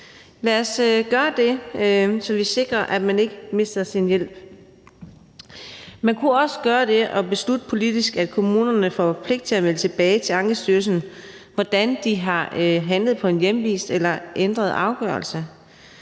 Lad os gøre det, så vi sikrer, at man ikke mister sin hjælp. Man kunne også gøre det at beslutte politisk, at kommunerne får pligt til at melde tilbage til Ankestyrelsen, hvordan de har handlet på en hjemvist eller ændret afgørelse,